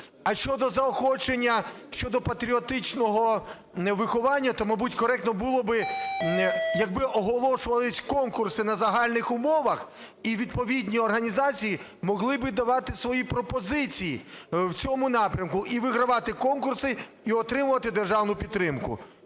А щодо заохочення щодо патріотичного виховання, то, мабуть, коректо було би якби оголошувались конкурси на загальних умовах і відповідні організації могли би давати свої пропозиції в цьому напрямку, і вигравати конкурси, і отримувати державну підтримку.